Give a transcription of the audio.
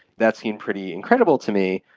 that seemed pretty incredible to me.